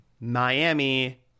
Miami